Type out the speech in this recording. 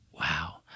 Wow